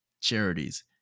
charities